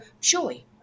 joy